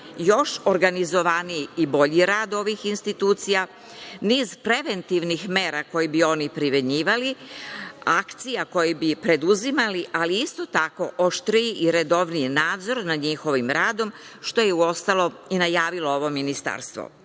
još organizovaniji i bolji rad ovih institucija, niz preventivnih mera koje bi oni primenjivali, akcija koje bi preduzimali, ali isto tako oštriji i redovniji nadzor nad njihovim radom, što je uostalom i najavilo ovo ministarstvo.U